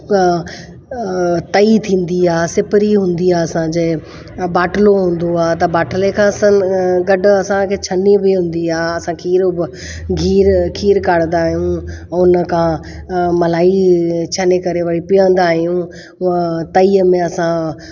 तई थींदी आहे सिपरी हूंदी आहे असांजे बाटलो हूंदो आहे त बाटले खां सन गॾु असांखे छन्नी बि हूंदी आहे असां खीरु घीर खीरु काढंदा आहियूं ऐं हुन खां मलाई छाने करे वरी पीअंदा आयूं हुअं तईअ में असां